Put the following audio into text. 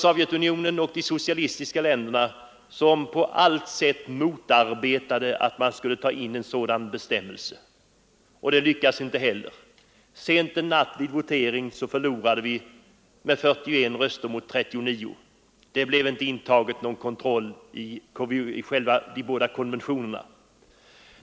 Sovjetunionen och de övriga socialistiska länderna motarbetade på allt sätt en sådan bestämmelse, och sent en natt vid voteringen förlorade vi med 41 röster mot 39. I de båda konventionerna intogs inte någonting om kontroll.